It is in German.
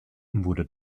wurde